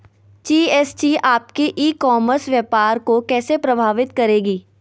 GST आपके e commerce व्यापार को कैसे प्रभावित करेगी?